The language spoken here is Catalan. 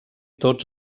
tots